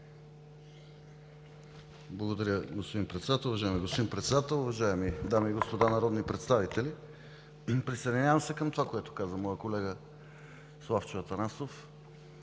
Благодаря, господин Председател. Уважаеми господин Председател, уважаеми дами и господа народни представители! Присъединявам се към това, което каза моят колега Славчо Атанасов.